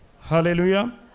Hallelujah